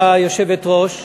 היושבת-ראש,